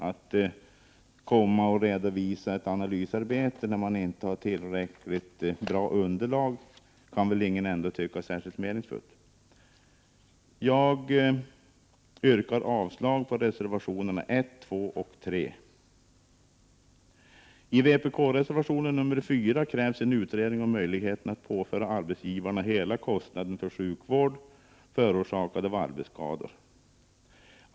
Att man redovisar ett analysarbete när man inte har tillräckligt bra underlag kan väl ändå ingen tycka är särskilt meningsfullt! Jag yrkar avslag på reservationerna 1, 2 och 3. I vpk-reservationen nr 4 krävs en utredning om möjligheterna att påföra arbetsgivarna hela kostnaden för sjukvård, förorsakad av arbetsskador.